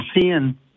seeing